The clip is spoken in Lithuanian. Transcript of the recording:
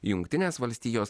jungtinės valstijos